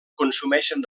consumeixen